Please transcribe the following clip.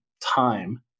time